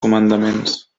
comandaments